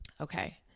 Okay